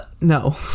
no